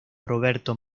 roberto